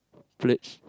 pledge